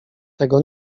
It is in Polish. tego